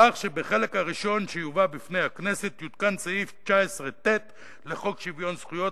כך שבחלק הראשון שיובא בפני הכנסת יתוקן סעיף 19ט לחוק שוויון זכויות